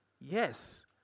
yes